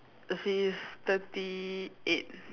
she is thirty eight